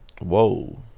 Whoa